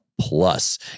Plus